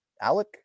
Alec